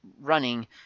running